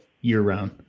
year-round